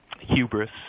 hubris